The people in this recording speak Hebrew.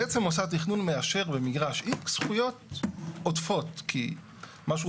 בעצם מוסד התכנון מאשר במגרש X זכויות עודפות כי מה שהוא